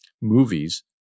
movies